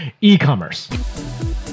e-commerce